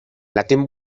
latín